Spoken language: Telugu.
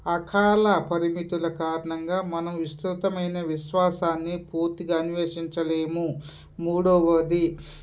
అకాల పరిమితుల కారణంగా మనం విస్తృతమైన విశ్వాసాన్ని పూర్తిగా అన్వేషించలేము మూడవది